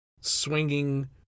swinging